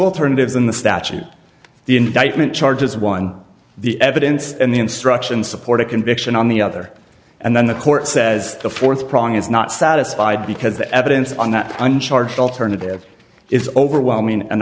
alternatives in the statute the indictment charges one the evidence and the instruction support a conviction on the other and then the court says the fourth prong is not satisfied because the evidence on that one charge alternative is overwhelming and